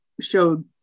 showed